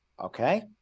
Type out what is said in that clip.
okay